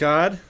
God